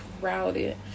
crowded